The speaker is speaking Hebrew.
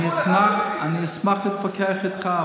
אני אשמח להתווכח איתך,